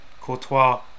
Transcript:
Courtois